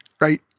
right